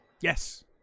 Yes